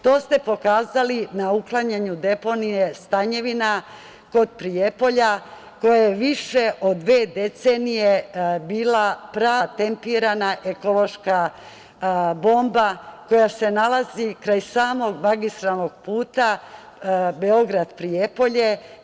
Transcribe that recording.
To ste pokazali na uklanjanju deponije "Stanjevina" kod Prijepolja, koja je više od dve decenije bila prava tempirana ekološka bomba, koja se nalazi kraj samog magistralnog puta Beograd-Prijepolje.